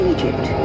Egypt